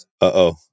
Uh-oh